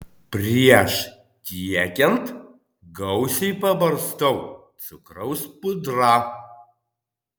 prieš tiekiant gausiai pabarstau cukraus pudra